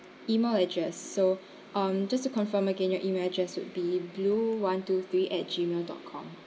email address so um just to confirm again your email address would be blue one to three at G mail dot com